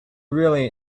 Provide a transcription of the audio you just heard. really